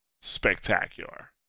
spectacular